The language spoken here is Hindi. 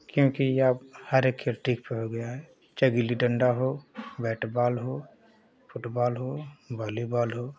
क्योंकि अब हरेक खेल हो गया है चाहे गिल्ली डन्डा हो बैट बॉल हो फुटबॉल हो बॉलीबॉल हो